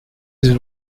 his